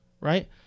right